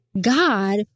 God